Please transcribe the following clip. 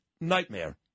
nightmare